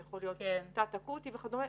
זה יכול להיות תת אקוטי וכדומה.